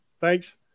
Thanks